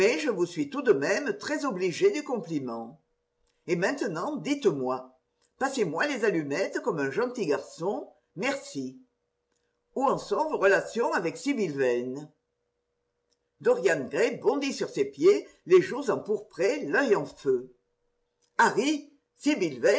je vous suis tout de même très obligé du compliment et maintenant dites-moi passez moi les allumettes comme un gentil garçon merci où en sont vos relations avec sibyl yane dorian gray bondit sur ses pieds les joues empourprées l'œil en feu